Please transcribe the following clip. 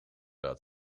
dat